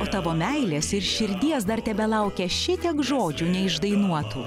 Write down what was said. o tavo meilės ir širdies dar tebelaukia šitiek žodžių neišdainuotų